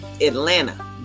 Atlanta